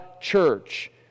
church